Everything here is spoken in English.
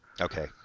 Okay